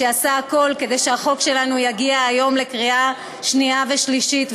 שעשה הכול כדי שהחוק שלנו יגיע היום לקריאה שנייה ושלישית,